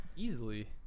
Easily